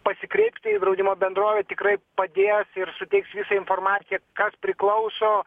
pasikreipti į draudimo bendrovę tikrai padės ir suteiks visą informaciją kas priklauso